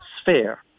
sphere